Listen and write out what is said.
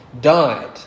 died